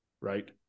right